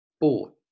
bought